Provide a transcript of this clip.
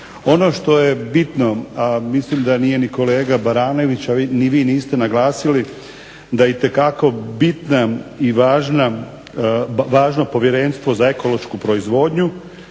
Ono što je bitno a mislim da nije ni kolega Baranović a ni vi niste naglasili da je itekako bitno i važno Povjerenstvo za ekološku proizvodnju